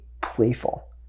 playful